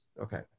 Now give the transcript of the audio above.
Okay